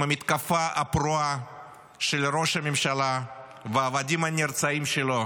המתקפה הפרועה של ראש הממשלה והעבדים הנרצעים שלו